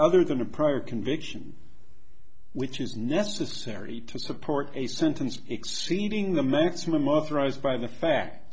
other than a prior conviction which is necessary to support a sentence exceeding the maximum of the rise by the fact